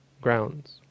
grounds